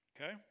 Okay